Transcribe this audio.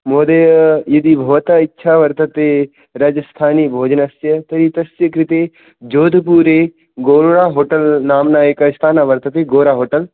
महोदय यदि भवतः इच्छा वर्तते राजस्थानीभोजनस्य तर्हि तस्य कृते जोधपुरे गोलरा होटल् नाम्ना एकं स्थानं वर्तते गोरा होटल्